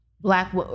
black